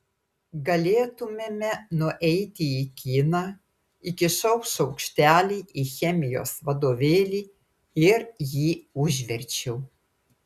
galėtumėme nueiti į kiną įkišau šaukštelį į chemijos vadovėlį ir jį užverčiau